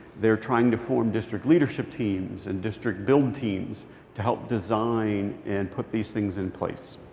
they're trying to form district leadership teams and district build teams to help design and put these things in place.